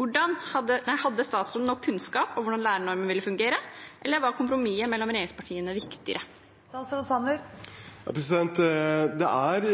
Hadde statsråden nok kunnskap om hvordan lærernormen ville fungere, eller var kompromisset mellom regjeringspartiene viktigere? Det er